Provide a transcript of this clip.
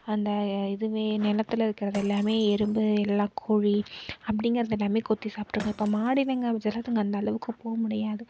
அந்த இதுவே நிலத்துல இருக்கிறது எல்லாமே எறும்பு எல்லா கோழி அப்படிங்கிறது எல்லாமே கொத்தி சாப்பிட்டுக்கும் இப்போ மாடியில எங்கள் அந்தளவுக்கு போக முடியாது